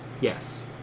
yes